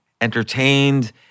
entertained